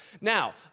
Now